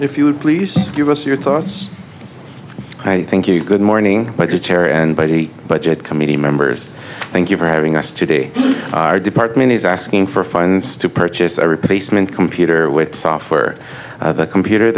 if you would please give us your thoughts i thank you good morning budgetary and by the budget committee members thank you for having us today our department is asking for funds to purchase a replacement computer with software computer